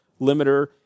limiter